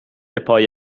پای